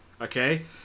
Okay